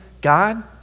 God